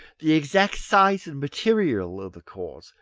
the exact size and material of the cores,